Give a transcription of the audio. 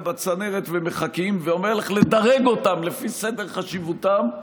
בצנרת ומחכים ואומר לך לדרג אותם לפי סדר חשיבותם,